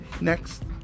Next